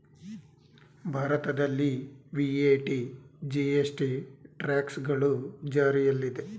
ಭಾರತದಲ್ಲಿ V A T, G S T, tax ಗಳು ಜಾರಿಯಲ್ಲಿದೆ